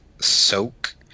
soak